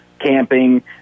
camping